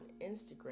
Instagram